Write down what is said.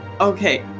Okay